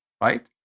right